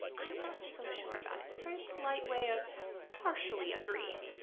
i'm not so sure about it. very polite way of partially agreeing.